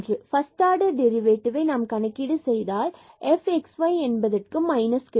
first order டெரிவேட்டிவ்வை நாம் கணக்கீடு செய்தால் பின்பு fxy என்பதற்கு minus கிடைக்கும்